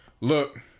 look